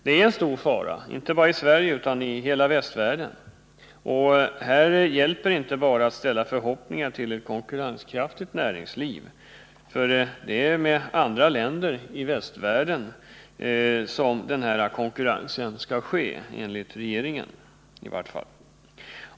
Den är en stor fara, inte bara i Sverige utan i hela västvärlden. Och här hjälper det inte att bara ställa förhoppningar till ett konkurrenskraftigt näringsliv, för det är med andra länder i västvärlden som denna konkurrens skall ske, i varje fall enligt regeringen.